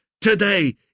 today